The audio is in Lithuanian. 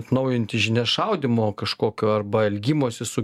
atnaujinti žinias šaudymo kažkokio arba elgimosi su